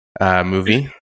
Movie